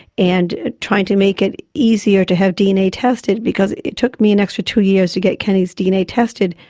and trying to make it easier to have dna tested, because it took me an extra two years to get kenny's dna tested,